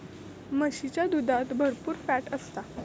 म्हशीच्या दुधात भरपुर फॅट असता